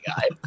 Guy